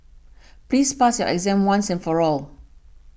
please pass your exam once and for all